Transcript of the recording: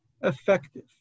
effective